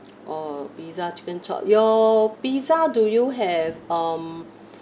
orh pizza chicken chop your pizza do you have um